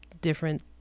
different